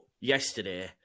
yesterday